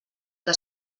que